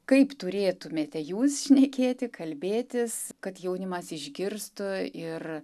kaip turėtumėte jūs šnekėti kalbėtis kad jaunimas išgirstų ir